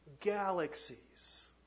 galaxies